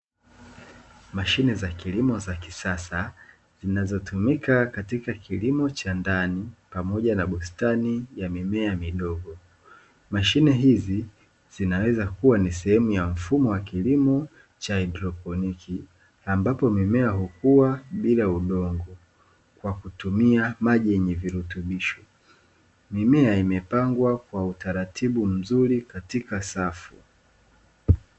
Mashine za kilimo za kisasa zinazotumika katika kilimo cha ndani pamoja na bustani ya mimea midogo, mashine hizi zinaweza kuwa ni sehemu ya mfumo wa kilimo cha haidroponi ambapo mimea hukua bila udongo kwa kutumia maji yenye viutubisho, mimea imepangwa kwa utaratibu mzuri katika safu.